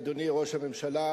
אדוני ראש הממשלה,